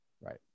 Right